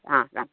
आ राम्